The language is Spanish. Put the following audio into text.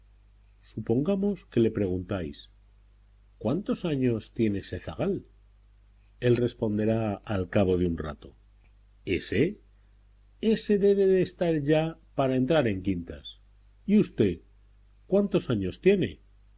supongamos que le preguntáis cuántos años tiene este zagal él responderá al cabo de un rato ése ése debe de estar ya para entrar en quintas y usted cuántos años tiene